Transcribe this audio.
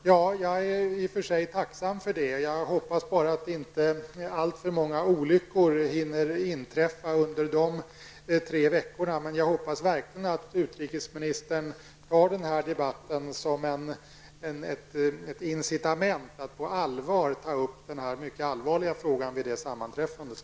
Herr talman! Jag är i och för sig tacksam för det. Jag hoppas bara att inte alltför många olyckor hinner inträffa under de tre veckorna. Jag hoppas verkligen att utrikesministern tar den här debatten som ett incitament för att på allvar ta upp den här mycket allvarliga frågan vid det sammanträffandet.